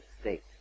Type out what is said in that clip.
state